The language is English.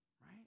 right